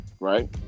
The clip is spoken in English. right